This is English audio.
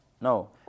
No